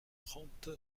trente